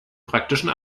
praktischen